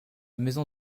maison